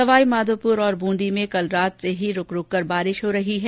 सवाई माघोपुर और बूंदी में कल रात से ही रूक रूक कर बारिश हो रही है